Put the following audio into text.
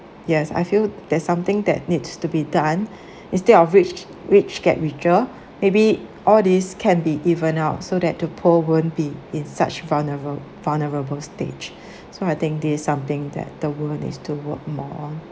yes I feel there's something that needs to be done instead of rich rich get richer maybe all this can be even out so that the poor won't be in such vulner~ vulnerable stage so I think this is something that the world needs to work more on